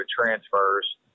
transfers